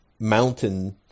mountain